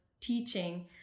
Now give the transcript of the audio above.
teaching